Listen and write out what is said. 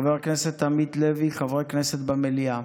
חבר הכנסת עמית הלוי, חברי הכנסת במליאה,